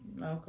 Okay